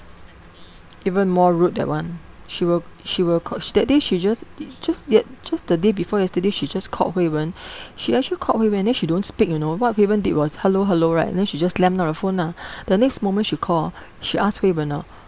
even more rude that one she will she will call sh~ that day she just it's just yet~ just the day before yesterday she just called hui wen she actually called hui wen and then she don't speak you know what hui wen did was hello hello right and then she just slammed down the phone lah the next moment she call she asked hui wen ah